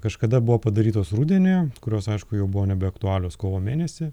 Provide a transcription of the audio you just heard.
kažkada buvo padarytos rudenį kurios aišku jau buvo nebeaktualios kovo mėnesį